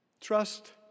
Trust